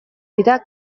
dira